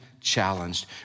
challenged